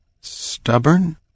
Stubborn